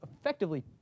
effectively